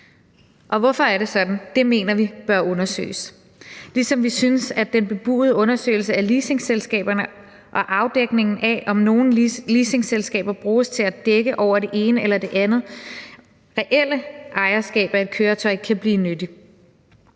og hvorfor er det sådan? Det mener vi bør undersøges, ligesom vi synes, at den bebudede undersøgelse af leasingselskaberne og afdækningen af, om nogle leasingselskaber bruges til at dække over det ene eller det andet reelle ejerskab af et køretøj, kan blive nyttig.